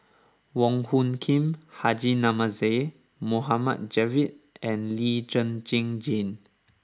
Wong Hung Khim Haji Namazie Mohd Javad and Lee Zhen Zhen Jane